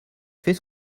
fais